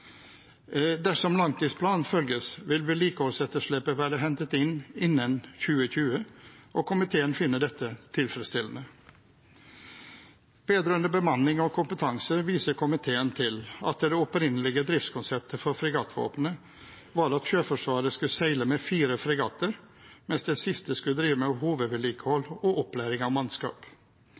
Dersom langtidsplanen følges, vil vedlikeholdsetterslepet være hentet inn innen 2020, og komiteen finner dette tilfredsstillende. Vedrørende bemanning og kompetanse viser komiteen til at det opprinnelige driftskonseptet for fregattvåpenet var at Sjøforsvaret skulle seile med fire fregatter, mens den siste skulle drive med hovedvedlikehold og opplæring av